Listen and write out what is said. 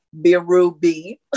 Birubi